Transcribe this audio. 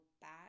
back